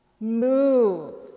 move